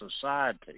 society